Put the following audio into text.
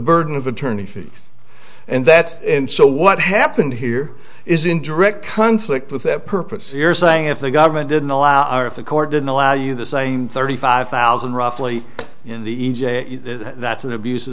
burden of attorney fees and that's and so what happened here is in direct conflict with that purpose you're saying if the government didn't allow if the court didn't allow you the same thirty five thousand roughly in the e j that's an abus